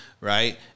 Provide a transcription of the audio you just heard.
right